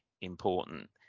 important